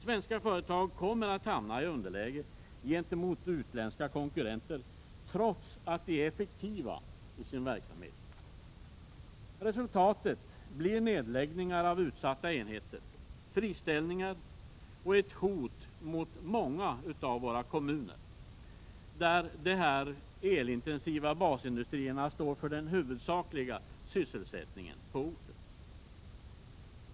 Svenska företag kommer att hamna i underläge gentemot utländska konkurrenter trots att de är effektiva i sin verksamhet. Resultatet blir nedläggningar av utsatta enheter, friställningar och ett hot mot många av våra kommuner, där dessa elintensiva basindustrier står för den huvudsakliga sysselsättningen på orten.